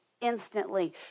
instantly